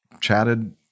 chatted